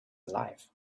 alive